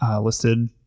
listed